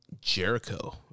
Jericho